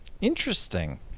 interesting